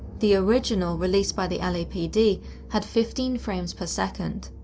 the original released by the lapd had fifteen frames per second.